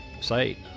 site